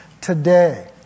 today